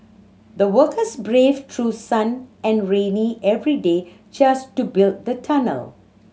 the workers braved through sun and rainy every day just to build the tunnel